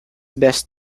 best